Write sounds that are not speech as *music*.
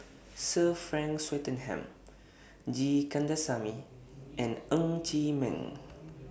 *noise* Sir Frank Swettenham G Kandasamy and *noise* Ng Chee Meng